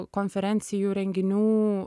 konferencijų renginių